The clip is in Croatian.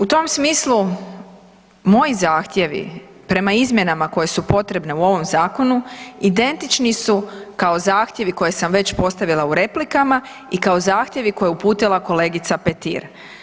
U tom smislu, moj zahtjevi prema izmjenama koje su potrebne u ovom zakonu, identični su kao zahtjevi koje sam već postavila u replikama i kao zahtjevi koje je uputila kolegica Petir.